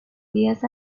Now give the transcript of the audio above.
días